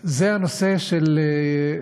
זה הנושא של,